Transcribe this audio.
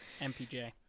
MPJ